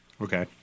Okay